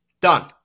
Done